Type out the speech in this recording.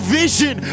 vision